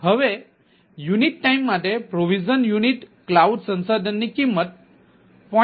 હવે unit time માટે provision unit ક્લાઉડસંસાધનની કિંમત 0